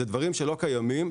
אלה דברים שלא קיימים.